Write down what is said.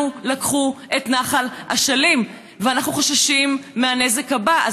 לנו לקחו את נחל אשלים, ואנחנו חוששים מהנזק הבא.